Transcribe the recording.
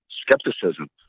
skepticism